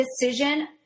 decision